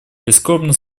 прискорбно